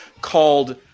called